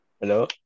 hello